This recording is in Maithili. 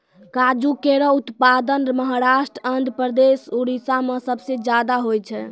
काजू केरो उत्पादन महाराष्ट्र, आंध्रप्रदेश, उड़ीसा में सबसे जादा होय छै